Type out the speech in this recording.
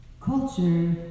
culture